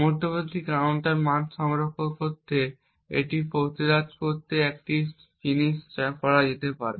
মধ্যবর্তী কাউন্টার মান সংরক্ষণ করতে এটিকে প্রতিরোধ করার জন্য একটি জিনিস যা করা যেতে পারে